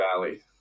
Valley